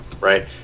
Right